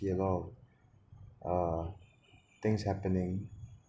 you know uh things happening